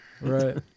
right